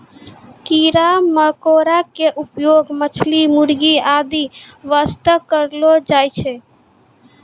कीड़ा मकोड़ा के उपयोग मछली, मुर्गी आदि वास्तॅ करलो जाय छै